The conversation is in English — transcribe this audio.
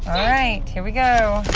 all right. here we go.